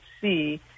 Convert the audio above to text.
see